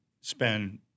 spend